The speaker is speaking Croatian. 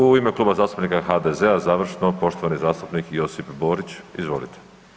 U ime Kluba zastupnika HDZ-a završno poštovani zastupnik Josip Borić, izvolite.